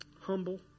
humble